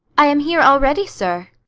i am here already, sir.